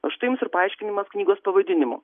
o štai jums ir paaiškinimas knygos pavadinimo